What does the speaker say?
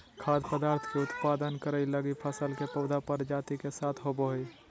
खाद्य पदार्थ के उत्पादन करैय लगी फसल के पौधा प्रजाति के साथ होबो हइ